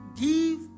give